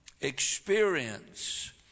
experience